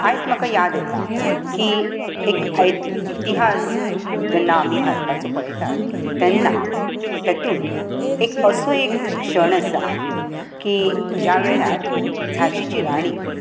आयज म्हाका याद येता की एक आयक इतिहास जेन्ना आमी भारताचो पळयतात तेन्ना तेतूंत एक असो एक क्षण आसा की ज्या वेळार झाशीची राणी